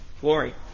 glory